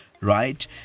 right